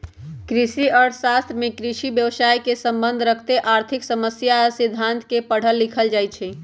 कृषि अर्थ शास्त्र में कृषि व्यवसायसे सम्बन्ध रखैत आर्थिक समस्या आ सिद्धांत के पढ़ल लिखल जाइ छइ